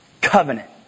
Covenant